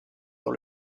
dans